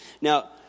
Now